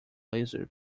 laser